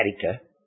character